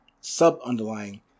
sub-underlying